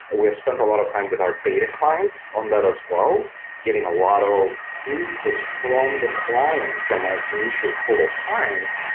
we have spent a lot of time with our beta clients on that as well getting a lot of input from the clients, from our initial pool of clients,